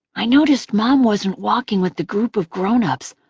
i noticed mom wasn't walking with the group of grown-ups,